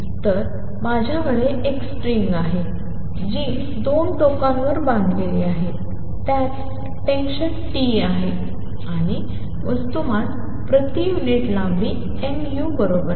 तर माझ्याकडे एक स्ट्रिंग आहे जी 2 टोकांवर बांधलेली आहे त्यात टेन्शन T आहे आणि वस्तुमान प्रति युनिट लांबी mu बराबर आहे